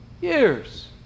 Years